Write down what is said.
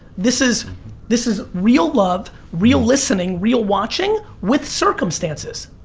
this is this is real love, real listening, real watching with circumstances.